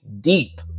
deep